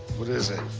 what is it?